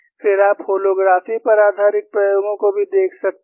फिर आप होलोग्राफी पर आधारित प्रयोगों को भी देख सकते हैं